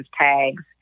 tags